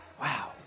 Wow